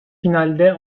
finalde